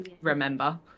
remember